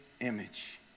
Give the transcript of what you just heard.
image